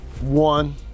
One